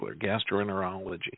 gastroenterology